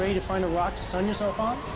to find a rock to sun yourself on?